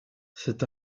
c’est